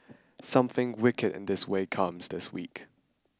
something wicked this way comes this week